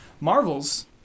Marvel's